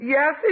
Yes